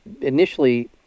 initially